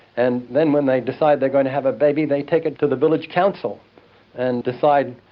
and then when they decide they're going to have a baby they take it to the village council and decide,